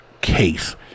case